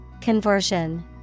Conversion